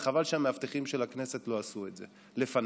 וחבל שהמאבטחים של הכנסת לא עשו את זה לפניי.